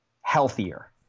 healthier